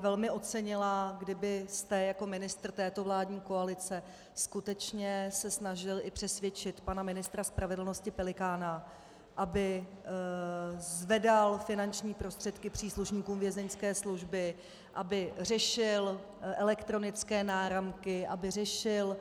Velmi bych ocenila, kdybyste jako ministr této vládní koalice skutečně se snažil i přesvědčit pana ministra spravedlnosti Pelikána, aby zvedal finanční prostředky příslušníkům vězeňské služby, aby řešil elektronické náramky, aby řešil